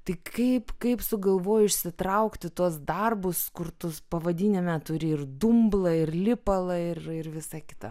tai kaip kaip sugalvojai išsitraukti tuos darbus kur tu pavadinime turi ir dumblą ir lipalą ir ir visa kita